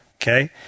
Okay